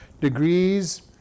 degrees